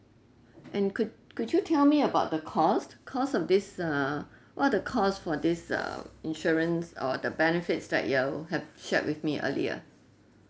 and could could you tell me about the cost cost of this uh what the cost for this um insurance or the benefits that you'll have shared with me earlier